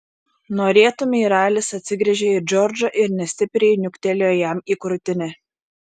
norėtumei ralis atsigręžė į džordžą ir nestipriai niuktelėjo jam į krūtinę